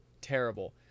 Terrible